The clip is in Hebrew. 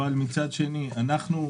אבל מצד שני אנחנו,